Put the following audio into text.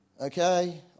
Okay